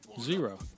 Zero